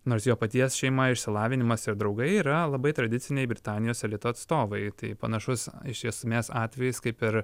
nors jo paties šeima išsilavinimas ir draugai yra labai tradiciniai britanijos elito atstovai tai panašus iš esmės atvejis kaip ir